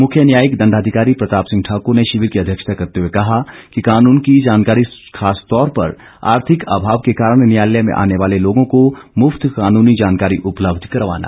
मुख्य न्यायिक दंडाधिकारी प्रताप सिंह ठाकुर ने शिविर की अध्यक्षता करते हुए कहा कि कानून की जानकारी खासतौर पर आर्थिक अभाव के कारण न्यायालय में आने वाले लोगों को मुफ्त कानूनी जानकारी उपलब्ध करवाना जरूरी है